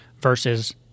versus